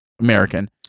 American